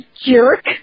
jerk